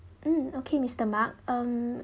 mm okay mister mark mm